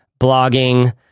blogging